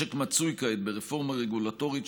המשק מצוי כעת ברפורמה רגולטורית,